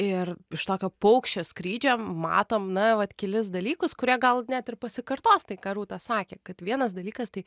ir iš tokio paukščio skrydžio matom na vat kelis dalykus kurie gal net ir pasikartos tai ką rūta sakė kad vienas dalykas tai